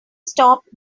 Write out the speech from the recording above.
stop